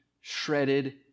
shredded